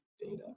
data